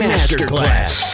Masterclass